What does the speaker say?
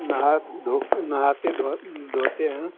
नहा धो नहाते धो धाेते हैं